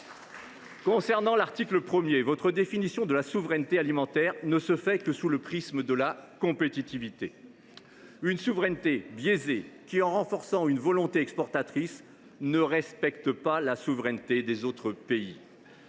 Concernant l’article 1, votre définition de la souveraineté alimentaire ne se fait que sous le prisme de la compétitivité. Une souveraineté biaisée qui, en renforçant une volonté exportatrice, ne respecte pas la souveraineté des autres pays.